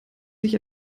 sich